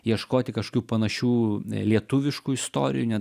ieškoti kaškių panašių lietuviškų istorijų net